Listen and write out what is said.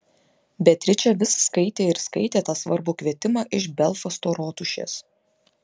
beatričė vis skaitė ir skaitė tą svarbų kvietimą iš belfasto rotušės